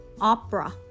opera